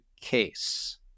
case